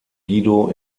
guido